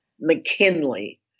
McKinley